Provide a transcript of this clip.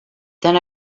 then